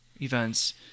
events